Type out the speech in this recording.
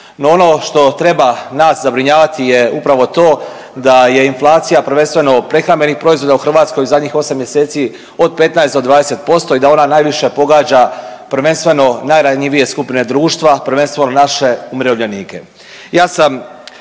ono što treba nas zabrinjavati je upravo to da je inflacija prvenstveno prehrambenih proizvoda u Hrvatskoj zadnjih 8 mjeseci 15-20% i da ona najviše pogađa prvenstveno najranjivije skupine društva, prvenstveno naše umirovljenike.